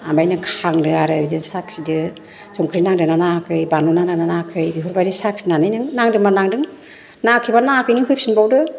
ओमफ्राय नों खांदो आरो बिदिनो साखिदो संख्रि नांदों ना नाङाखै बानलु नांदों ना नाङाखै बेफोरबायदि साखिनानै नों नांदोंबा नांदों नाङाखैबा नाङाखै नों होफिनबावदो